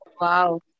Wow